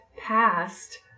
past